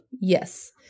Yes